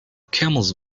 camels